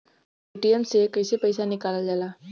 Paytm से कैसे पैसा निकलल जाला?